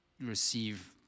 receive